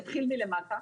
אני אתחיל מלמטה.